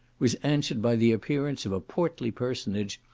was answered by the appearance of a portly personage,